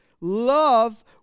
love